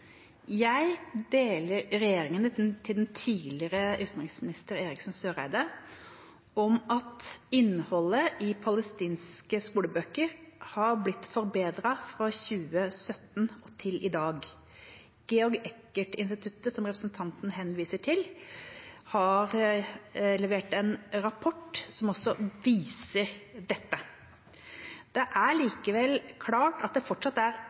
Jeg deler synet til tidligere utenriksminister Eriksen Søreide om at innholdet i palestinske skolebøker har blitt forbedret fra 2017 og til i dag. Georg Eckert-instituttet, som representanten henviser til, har levert en rapport som også viser dette. Det er likevel klart at det fortsatt er